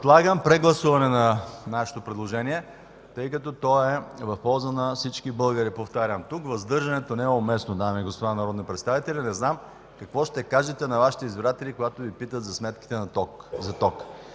Предлагам прегласуване на нашето предложение, тъй като, повтарям, то е в полза на всички българи. Тук въздържането не е уместно, дами и господа народни представители. Не знам какво ще кажете на Вашите избиратели, когато Ви питат защо сметките на тока